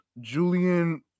Julian